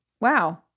Wow